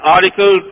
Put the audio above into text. Article